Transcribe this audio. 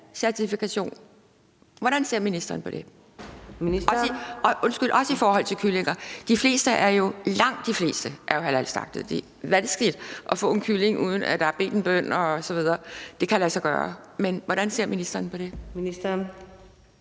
hvordan ser ministeren på det?